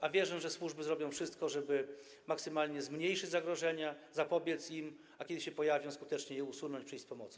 A wierzę, że służby zrobią wszystko, żeby maksymalnie zmniejszyć zagrożenia, zapobiec im, a kiedy się pojawią, skutecznie je usunąć i przyjść z pomocą.